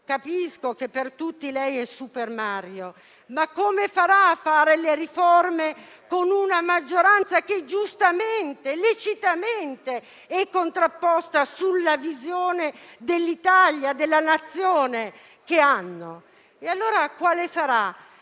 Capisco che per tutti lei è "super Mario", ma come farà a realizzare le riforme con una maggioranza che giustamente e lecitamente è contrapposta sulla visione dell'Italia e della Nazione? E allora quale sarà